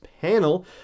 panel